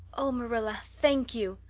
oh, marilla, thank you.